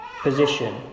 position